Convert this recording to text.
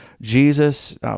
Jesus